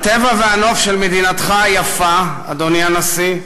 הטבע והנוף של מדינתך היפה, אדוני הנשיא,